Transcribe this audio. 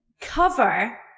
cover